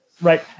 Right